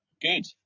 Good